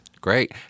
Great